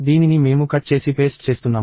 దీనిని మేము కట్ చేసి పేస్ట్ చేస్తున్నాము